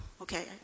okay